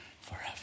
forever